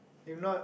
if not